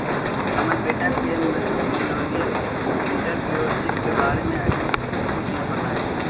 हमर बेटा के मिलेनियल एंटेरप्रेन्योरशिप के बारे में अभी कुछो न पता हई